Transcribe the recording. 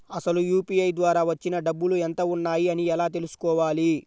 అసలు యూ.పీ.ఐ ద్వార వచ్చిన డబ్బులు ఎంత వున్నాయి అని ఎలా తెలుసుకోవాలి?